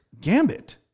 Gambit